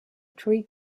three